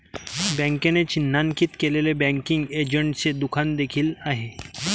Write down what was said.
बँकेने चिन्हांकित केलेले बँकिंग एजंटचे दुकान देखील आहे